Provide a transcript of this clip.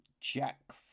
Jack